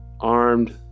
armed